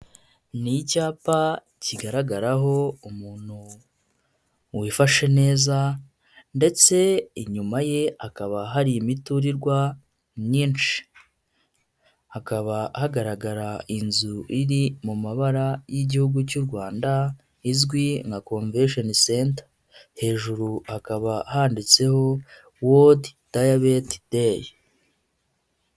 Ni icyapa kigaragaraho umuntu wifashe neza, ndetse inyuma ye hakaba hari imiturirwa myinshi. Hakaba hagaragara inzu iri mu mabara y'igihugu cy'u Rwanda, izwi nka Convention Center. Hejuru hakaba handitseho World Diabetes Day.